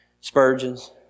Spurgeon's